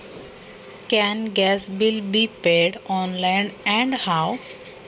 गॅसचे bill online भरता येते का आणि कसे भरायचे?